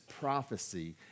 prophecy